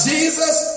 Jesus